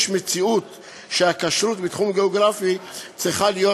יש מציאות שהכשרות בתחום גיאוגרפי צריכה להיות